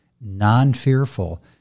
non-fearful